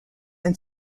and